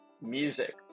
music